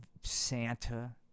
Santa